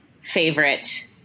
favorite